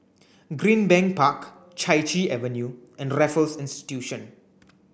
Greenbank Park Chai Chee Avenue and Raffles Institution